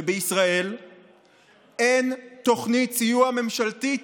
ובישראל אין תוכנית סיוע ממשלתית